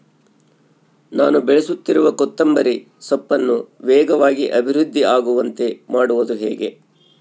ನಾನು ಬೆಳೆಸುತ್ತಿರುವ ಕೊತ್ತಂಬರಿ ಸೊಪ್ಪನ್ನು ವೇಗವಾಗಿ ಅಭಿವೃದ್ಧಿ ಆಗುವಂತೆ ಮಾಡುವುದು ಹೇಗೆ?